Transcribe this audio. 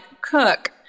cook